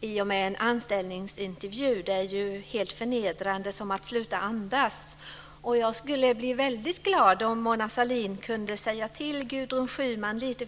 Det är helt förnedrande och som att sluta andas. Jag skulle bli väldigt glad om Mona Sahlin kunde säga till Gudrun Schyman lite.